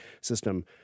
system